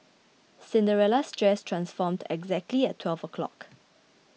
Cinderella's dress transformed exactly at twelve o'clock